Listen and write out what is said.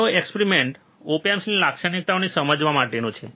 આજનો experiment op એમ્પની લાક્ષણિકતાઓને સમજવાનો છે